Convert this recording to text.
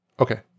Okay